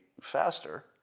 faster